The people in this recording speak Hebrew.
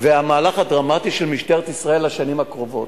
והמהלך הדרמטי של משטרת ישראל לשנים הקרובות.